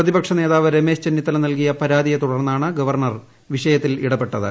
പ്രതിപക്ഷ നേതാവ് രമേശ് ചെന്നിത്തല നൽകിയ പരാതിയെതുടർന്നാണ് ഗവർണർ വിഷയത്തിൽ ഇടപെട്ടത്